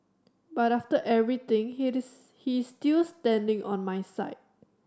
but after everything he he still standing on my side